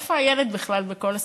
איפה הילד בכלל בכל הסיפור.